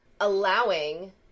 allowing